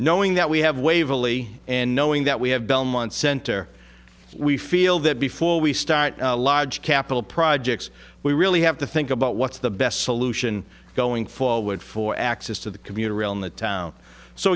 knowing that we have waverly and knowing that we have belmont center we feel that before we start a large capital projects we really have to think about what's the best solution going forward for access to the commuter rail in the town so